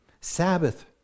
Sabbath